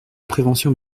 prévention